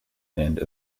and